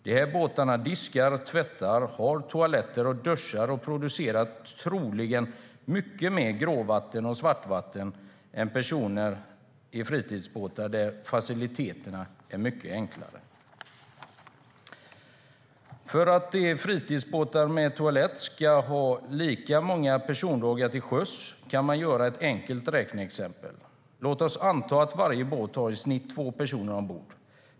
De båtarna diskar, tvättar, har toaletter och duschar och producerar troligen mycket mer gråvatten och svartvatten per person än fritidsbåtarna, där faciliteterna är mycket enklare. Vi kan göra ett enkelt räkneexempel för att se hur det skulle vara om fritidsbåtarna med toalett skulle ha lika många persondagar till sjöss. Låt oss anta att varje båt har i snitt två personer ombord.